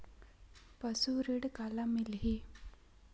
पशु ऋण काला मिलही?